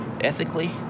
ethically